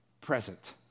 present